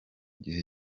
gihe